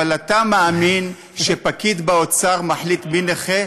אבל אתה מאמין שפקיד באוצר מחליט מי נכה?